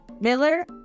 Miller